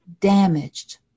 damaged